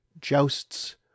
jousts